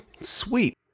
sweet